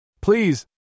Please